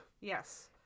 Yes